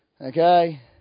Okay